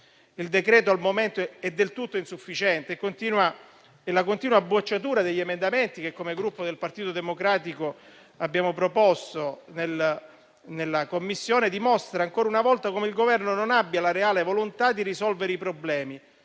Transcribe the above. è al momento del tutto insufficiente e la continua bocciatura degli emendamenti che, come Gruppo Partito Democratico, abbiamo proposto in Commissione dimostra ancora una volta come il Governo non abbia la reale volontà di risolvere i problemi,